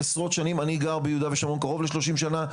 אני גר ביהודה ושומרון קרוב ל-30 שנה,